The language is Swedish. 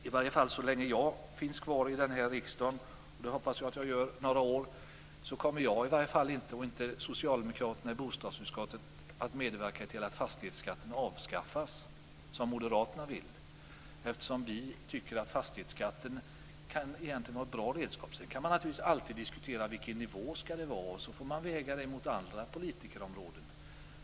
I varje fall så länge jag finns kvar i den här riksdagen - och det hoppas jag att jag gör i några år - så kommer varken jag och eller de andra socialdemokraterna i bostadsutskottet att medverka till att fastighetsskatten avskaffas. Det är ju vad Moderaterna vill. Vi tycker nämligen att fastighetsskatten egentligen kan vara ett bra redskap. Sedan kan man ju alltid diskutera nivån, och väga det hela mot andra politikområden.